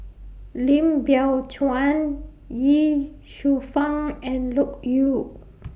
Lim Biow Chuan Ye Shufang and Loke Yew